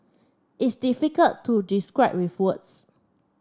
it's difficult to describe with words